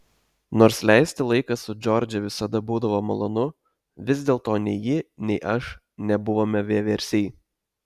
nors leisti laiką su džordže visada būdavo malonu vis dėlto nei ji nei aš nebuvome vieversiai